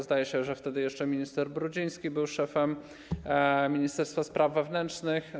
Zdaje się, że wtedy jeszcze minister Brudziński był szefem ministerstwa spraw wewnętrznych.